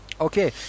Okay